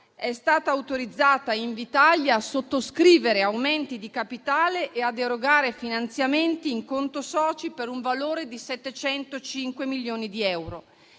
È stata autorizzata Invitalia a sottoscrivere aumenti di capitale e ad erogare finanziamenti in conto soci per un valore di 705 milioni di euro.